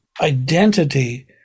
identity